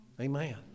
Amen